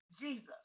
Jesus